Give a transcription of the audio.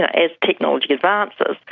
ah as technology advances,